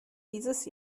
dieses